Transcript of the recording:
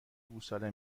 گوساله